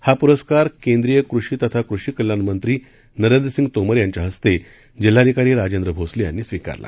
हा पुरस्कार केंद्रीय कृषी तथा कृषी कल्याण मंत्री नरेंद्रसिंग तोमर यांच्या हस्ते जिल्हाधिकारी राजेंद्र भोसले यांनी स्वीकारला